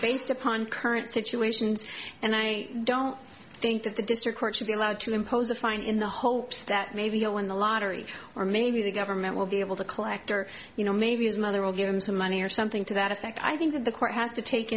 based upon current situations and i don't think that the district court should be allowed to impose the fine in the hopes that maybe he'll win the lottery or maybe the government will be able to collect or you know maybe his mother will give him some money or something to that effect i think that the court has to take